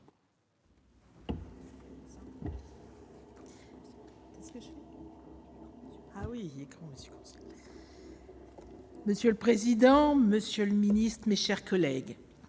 Monsieur le président, monsieur le ministre, mes chers collègues,